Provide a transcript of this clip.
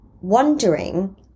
wondering